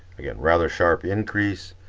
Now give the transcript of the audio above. again rather sharp increase